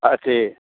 আছে